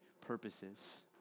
purposes